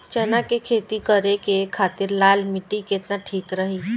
चना के खेती करे के खातिर लाल मिट्टी केतना ठीक रही?